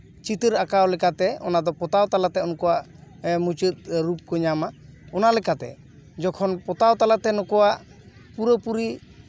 ᱪᱤᱛᱟᱹᱨ ᱟᱸᱠᱟᱣ ᱞᱮᱠᱟᱛᱮ ᱚᱱᱟ ᱫᱚ ᱯᱚᱛᱟᱣ ᱛᱟᱞᱟᱛᱮ ᱩᱱᱠᱩᱣᱟᱜ ᱢᱩᱪᱟᱹᱫ ᱨᱩᱯ ᱠᱚ ᱧᱟᱢᱟ ᱚᱱᱟ ᱛᱟᱞᱟᱛᱮ ᱡᱚᱠᱷᱚᱱ ᱯᱚᱛᱟᱣ ᱛᱟᱞᱟᱛᱮ ᱱᱩᱠᱩᱣᱟᱜ ᱯᱩᱨᱟᱹ ᱯᱩᱨᱤ